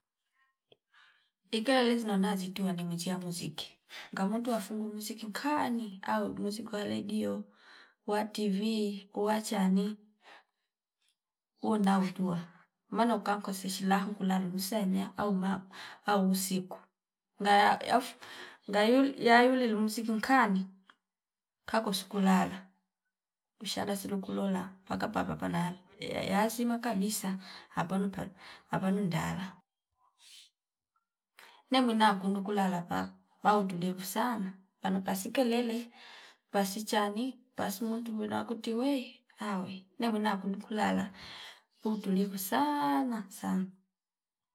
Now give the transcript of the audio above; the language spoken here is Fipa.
Ika yuili zinanda zituya nemwi jia muziki ngamutwa fungu mziki nkani au muziki wa ledio wa tivi uwachani uo nawetula maana uka nkosishi na hukula duku sanya au maa au usiku ngaya yaf ngayuli yayuli lumsiku nkani kakos sikulala mshana silu kulola paka papa nawe ye- yeyazima kabisa apano paa apano ndala. Ne mwina kundu kulala pa kwa utulivu sana panu pasike leile pasi chani pasu muntu mwino wa koti wei awe ne mwina kundu kulala untulivu saana sana